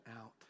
out